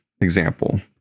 example